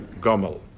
gomel